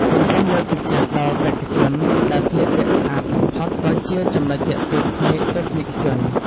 រង្វាន់លើកទឹកចិត្តដល់បេក្ខជនដែលស្លៀកពាក់ស្អាតបំផុតក៏ជាចំណុចទាក់ទាញភ្នែកទស្សនិកជន។